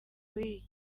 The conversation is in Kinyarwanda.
w’iyi